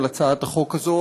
על הצעת החוק הזאת,